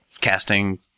casting